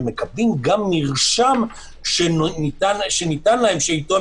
הם מקבלים גם מרשם שניתן להם שאתו הם